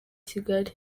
kigali